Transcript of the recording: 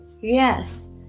Yes